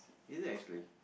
is that actually